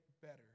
better